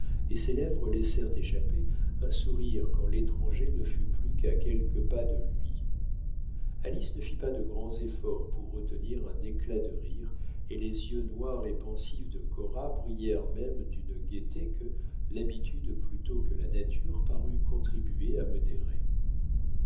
et ses lèvres laissèrent échapper un sourire quand l'étranger ne fut plus qu'à quelques pas de lui alice ne fit pas de grands efforts pour retenir un éclat de rire et les yeux noirs et pensifs de cora brillèrent même d'une gaieté que l'habitude plutôt que la nature parut contribuer à modérer